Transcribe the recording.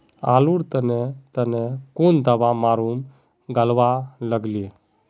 आलूर तने तने कौन दावा मारूम गालुवा लगली?